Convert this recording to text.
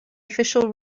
official